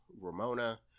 Ramona